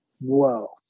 whoa